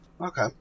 Okay